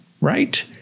right